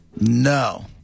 No